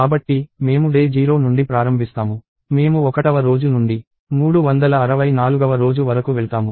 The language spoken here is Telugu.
కాబట్టి మేము డే 0 నుండి ప్రారంభిస్తాము మేము 1వ రోజు నుండి 364వ రోజు వరకు వెళ్తాము